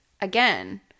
again